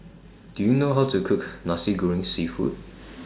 Do YOU know How to Cook Nasi Goreng Seafood